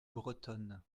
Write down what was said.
bretonne